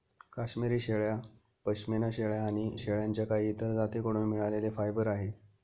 काश्मिरी शेळ्या, पश्मीना शेळ्या आणि शेळ्यांच्या काही इतर जाती कडून मिळालेले फायबर आहे